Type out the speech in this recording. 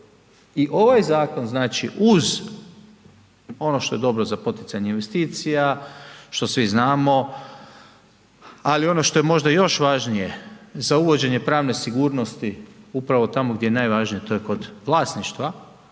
I ovaj zakon znači uz ono što je dobro za poticanje investicija, što svi znamo, ali ono što je možda još važnije, za uvođenje pravne sigurnosti upravo tamo gdje je najvažnije, to je kod vlasništva,